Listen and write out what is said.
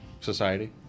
Society